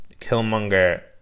Killmonger